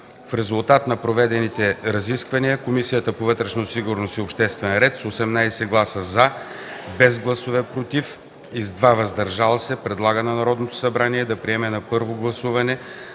В резултат на проведените разисквания Комисията по вътрешна сигурност и обществен ред с 18 гласа „за”, без „против” и 2 гласа „въздържали се” предлага на Народното събрание да приеме на първо гласуване